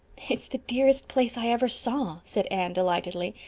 it's the dearest place i ever saw, said anne delightedly.